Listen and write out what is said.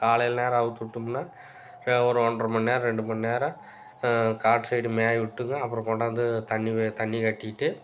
காலையில் நேரம் அவுழ்த்துட்டோம்னா ஒரு ஒன்றர மணி நேரம் ரெண்டு மணி நேரம் காட்டு சைடு மேயவிட்டுங்க அப்புறம் கொண்டாந்து தண்ணி தண்ணி கட்டிட்டு